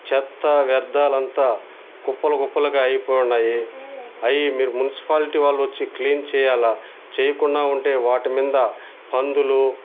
చెత్త వ్యర్థాలు అంతా కుప్పలు కుప్పలుగా అయిపోయి ఉన్నాయి అవి మీరు మున్సిపాలిటీ వాళ్ళు వచ్చి క్లీన్ చెయ్యాలి చెయ్యకుండా ఉంటే వాటి మీద పందులు